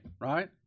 right